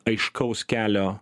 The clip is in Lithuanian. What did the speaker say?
aiškaus kelio